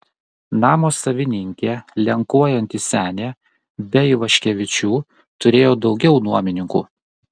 namo savininkė lenkuojanti senė be ivaškevičių turėjo daugiau nuomininkų